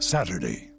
Saturday